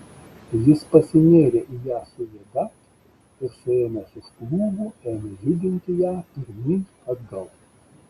jis pasinėrė į ją su jėga ir suėmęs už klubų ėmė judinti ją pirmyn atgal